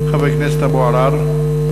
חבר הכנסת אבו עראר.